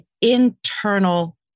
internal